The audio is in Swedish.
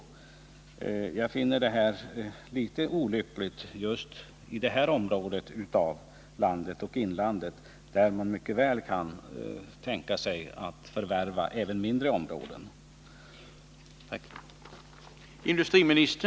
Jag finner det litet olyckligt just i det här området av landet, där man mycket väl kan tänka sig att det finns intresse för att förvärva även mindre brukningsenheter.